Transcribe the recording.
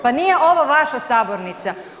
Pa nije ovo vaša sabornica.